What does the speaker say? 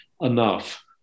enough